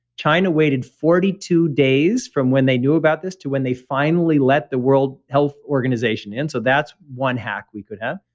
china waited forty two days from when they knew about this to when they finally let the world health organization in. so that's one hack we could have.